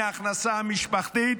מההכנסה המשפחתית,